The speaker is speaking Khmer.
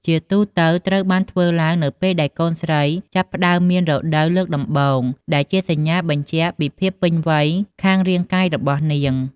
ជាទូទៅត្រូវបានធ្វើឡើងនៅពេលដែលកូនស្រីចាប់ផ្តើមមាន រដូវលើកដំបូង ដែលជាសញ្ញាបញ្ជាក់ពីភាពពេញវ័យខាងរាងកាយរបស់នាង។